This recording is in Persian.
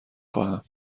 خواهم